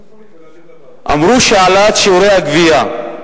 אמרו: העלאת שיעורי הגבייה.